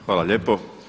Hvala lijepo.